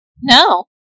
No